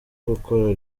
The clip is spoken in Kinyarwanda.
gukora